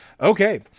Okay